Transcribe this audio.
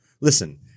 listen